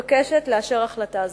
הכנסת מתבקשת לאשר החלטה זו.